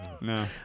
No